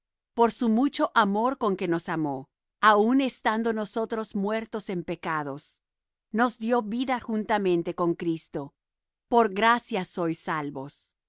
por su mucho amor con que nos amó aun estando nosotros muertos en pecados nos dió vida juntamente con cristo por gracia sois salvos